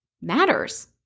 matters